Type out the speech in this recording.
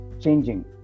changing